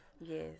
Yes